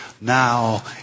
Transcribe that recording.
Now